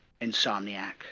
Insomniac